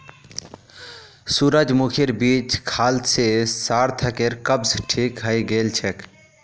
सूरजमुखीर बीज खाल से सार्थकेर कब्ज ठीक हइ गेल छेक